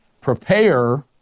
prepare